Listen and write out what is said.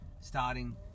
starting